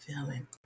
feeling